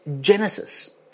Genesis